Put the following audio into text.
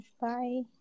Bye